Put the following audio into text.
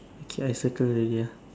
okay I circle already ah